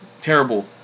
terrible